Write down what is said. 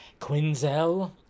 Quinzel